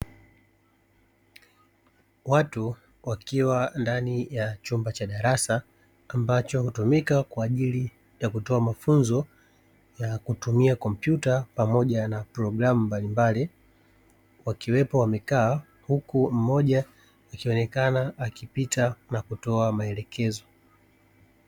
Watu wakiwa ndani ya chumba cha darasa ambacho hutumika kwa ajili ya kutoa mafunzo ya kutumia kompyuta pamoja na programu mbalimbali. Wakiwepo wamekaa huku mmoja akionekana akipita na kutoa maelekezo.